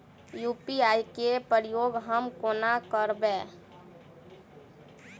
UPI केँ प्रयोग हम कोना करबे?